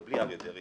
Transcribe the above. ובלי אריה דרעי,